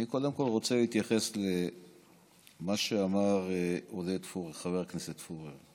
אני קודם כול רוצה להתייחס למה שאמר חבר הכנסת פורר.